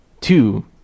Two